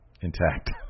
intact